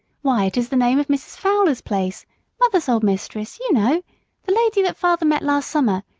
why, it is the name of mrs. fowler's place mother's old mistress, you know the lady that father met last summer,